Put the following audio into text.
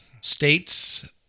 states